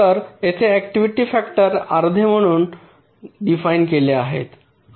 तर येथे activity factor अर्धे म्हणून डिफाइन केले आहेत